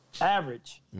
Average